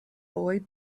boy